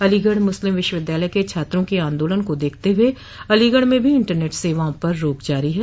अलीगढ़ मुस्लिम विश्वविद्यालय के छात्रों के आंदोलन को देखते हुए अलीगढ़ में भी इंटरनेट सेवाओं पर रोक जारी है